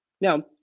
Now